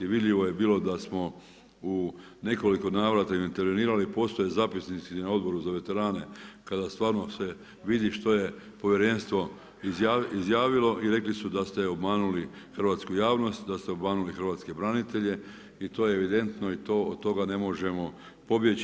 Vidljivo je bilo da smo u nekoliko navrata intervenirali, postoje zapisnici na Odboru za veterane kada stvarno se vidi što je povjerenstvo izjavilo i rekli su da ste obmanuli hrvatsku javnost, da ste obmanuli hrvatske branitelje i to je evidentno i od toga ne možemo pobjeći.